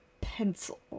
pencil